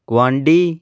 ਗੁਆਂਢੀ